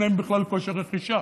אין להם בכלל כושר רכישה.